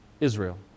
Israel